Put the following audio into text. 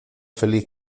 feliz